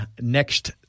next